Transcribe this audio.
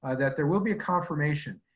ah that there will be a confirmation.